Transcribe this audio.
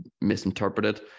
misinterpreted